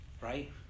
right